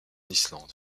islande